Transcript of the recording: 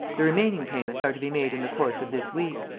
the remaining payments are to be made in the course of this week.